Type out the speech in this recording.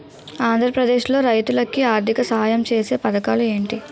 ఆంధ్రప్రదేశ్ లో రైతులు కి ఆర్థిక సాయం ఛేసే పథకాలు ఏంటి?